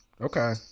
Okay